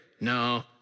No